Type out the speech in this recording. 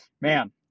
Man